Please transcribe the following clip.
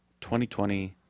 2020